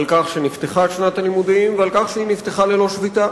על כך שנפתחה שנת הלימודים ועל כך שהיא נפתחה ללא שביתה.